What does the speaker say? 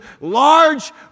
large